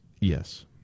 Yes